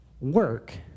work